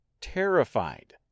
terrified